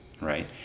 right